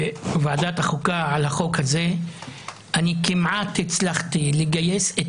בוועדת החוקה על החוק הזה כמעט הצלחתי לגייס את